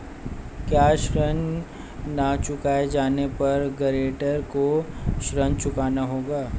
क्या ऋण न चुकाए जाने पर गरेंटर को ऋण चुकाना होता है?